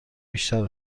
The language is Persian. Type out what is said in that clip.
بیشتر